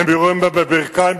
הם יורים בהם בברכיים,